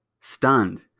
stunned